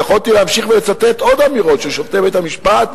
ויכולתי להמשיך ולצטט עוד אמירות של שופטי בית-המשפט,